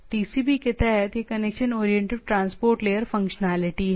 TCP के तहत यह connection oriented transport layer functionality है